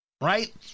right